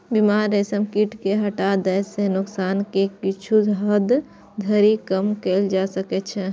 बीमार रेशम कीट कें हटा दै सं नोकसान कें किछु हद धरि कम कैल जा सकै छै